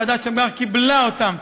ועדת שמגר קיבלה אותם.